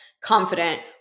confident